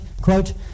quote